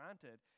granted